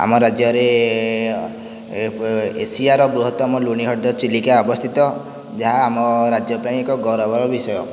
ଆମ ରାଜ୍ୟରେ ଏସିଆର ବୃହତ୍ତମ ଲୁଣି ହ୍ରଦ ଚିଲିକା ଅବସ୍ଥିତ ଯାହା ଆମ ରାଜ୍ୟ ପାଇଁ ଏକ ଗୌରବର ବିଷୟ